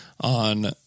on